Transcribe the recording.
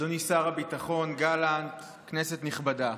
אדוני שר הביטחון גלנט, כנסת נכבדה,